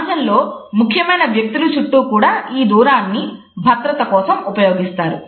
సమాజంలో ముఖ్యమైన వ్యక్తుల చుట్టూ కూడా ఈ దూరాన్ని భద్రత కోసం ఉపయోగిస్తారు